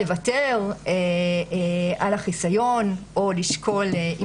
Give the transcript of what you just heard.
לוותר על החיסיון או לשקול לגשת לבית המשפט,